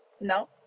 No